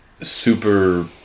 super